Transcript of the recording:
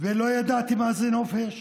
ולא ידעתי מה זה נופש.